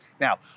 Now